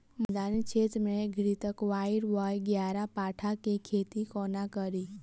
मैदानी क्षेत्र मे घृतक्वाइर वा ग्यारपाठा केँ खेती कोना कड़ी?